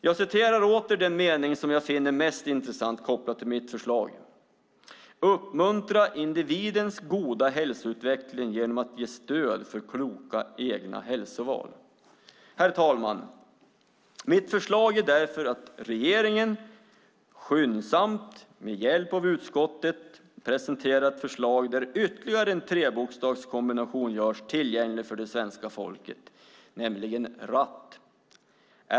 Jag citerar åter den mening som jag finner mest intressant kopplat till mitt förslag: "uppmuntra individens goda hälsoutveckling genom att ge stöd för kloka egna hälsoval". Mitt förslag är därför att regeringen skyndsamt med hjälp av utskottet presenterar ett förslag där ytterligare en trebokstavskombination görs tillgänglig för det svenska folket, nämligen RAT.